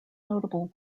notable